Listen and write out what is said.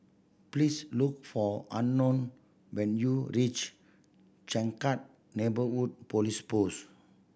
please look for Unknown when you reach Changkat Neighbourhood Police Post